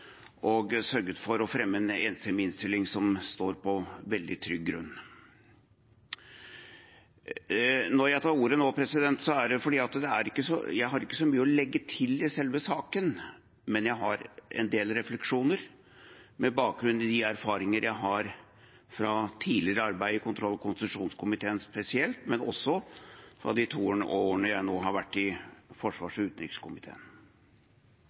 og sørget for å fremme en enstemmig innstilling, som står på veldig trygg grunn. Når jeg nå tar ordet, er det ikke fordi jeg har så mye å legge til i selve saken, men jeg har en del refleksjoner med bakgrunn i erfaringer jeg har fra tidligere arbeid i kontroll- og konstitusjonskomiteen, spesielt, men også fra de to årene jeg nå har vært i utenriks- og